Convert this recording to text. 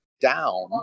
down